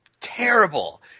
terrible